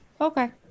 Okay